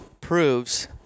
proves